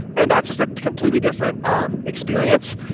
and that's just a completely different um experience.